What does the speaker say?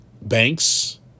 Banks